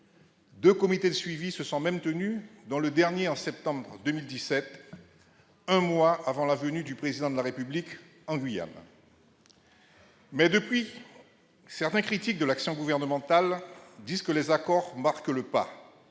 Deux comités de suivi se sont même tenus, dont le dernier en septembre 2017, un mois avant la venue du Président de la République en Guyane. Mais depuis, certains critiques de l'action gouvernementale disent que les accords marquent le pas,